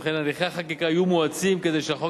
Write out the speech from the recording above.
וכי הליכי החקיקה יהיו מואצים כדי שהחוק